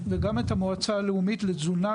וגם את המועצה הלאומית לתזונה,